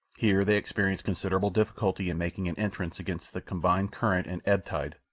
here they experienced considerable difficulty in making an entrance against the combined current and ebb tide,